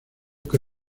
que